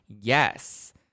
Yes